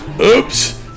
Oops